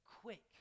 quick